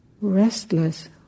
restless